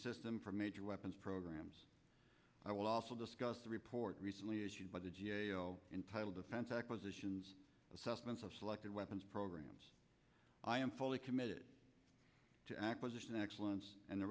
system for major weapons programs i will also discuss a report recently issued by the g a o in title defense acquisitions assessments of selected weapons programs i am fully committed to acquisition excellence and the